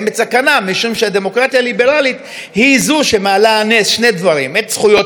משום שהדמוקרטיה הליברלית היא שמעלה על נס שני דברים: את זכויות הפרט,